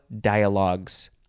dialogues